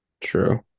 True